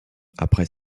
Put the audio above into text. après